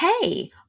Hey